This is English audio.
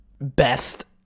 best